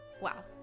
wow